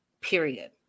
period